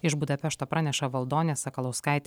iš budapešto praneša valdonė sakalauskatė